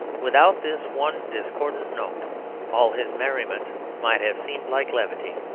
without this one discordant note all his merriment might have seemed like levity.